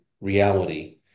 reality